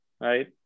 Right